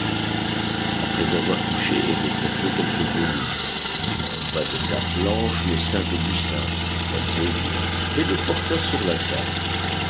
après avoir touché et déplacé quelques volumes il enleva de sa planche le saint augustin elzévir et le porta sur la table